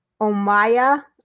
Omaya